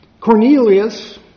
Cornelius